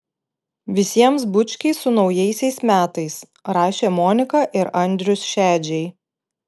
visiems bučkiai su naujaisiais metais rašė monika ir andrius šedžiai